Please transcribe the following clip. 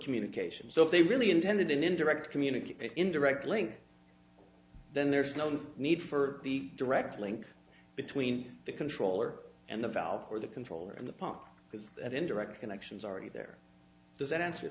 communication so if they really intended an indirect communication indirect link then there is no need for the direct link between the controller and the valve or the controller in the pump is that in direct connections already there doesn't answer the